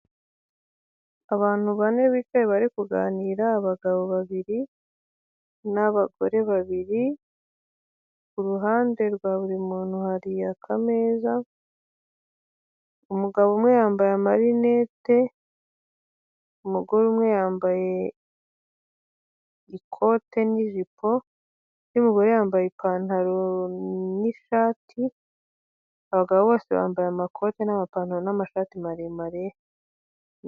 Abantu bane bicaye bari kuganira abagabo babiri n'abagore babiri, kuruhande rwa buri muntu hari akameza, umugabo umwe yambaye amarinete umugore umwe yambaye ikote, n'ijipo umugore yambaye ipantaro n'ishati, abagabo bose bambaye amakoti n'amapantaro n'amashati maremare.